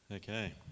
Okay